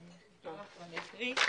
אז אני אקריא.